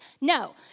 No